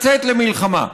למלחמה?